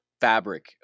fabric